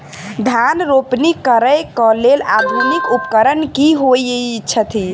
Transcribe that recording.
धान रोपनी करै कऽ लेल आधुनिक उपकरण की होइ छथि?